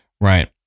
right